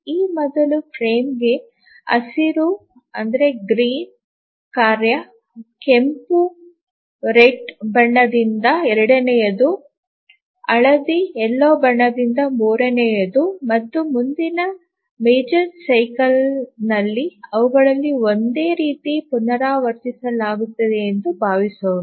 ಈ ಮೊದಲ ಫ್ರೇಮ್ಗೆ ಈ ಹಸಿರು ಕಾರ್ಯ ಕೆಂಪು ಬಣ್ಣದಿಂದ ಎರಡನೆಯದು ಹಳದಿ ಬಣ್ಣದಿಂದ ಮೂರನೆಯದು ಮತ್ತು ಮುಂದಿನ ಪ್ರಮುಖ ಚಕ್ರದಲ್ಲಿ ಅವುಗಳನ್ನು ಒಂದೇ ರೀತಿ ಪುನರಾವರ್ತಿಸಲಾಗುತ್ತದೆ ಎಂದು ಭಾವಿಸೋಣ